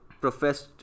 professed